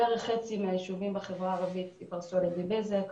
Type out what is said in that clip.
בערך חצי מהיישובים בחברה הערבית ייפרסו על ידי בזק,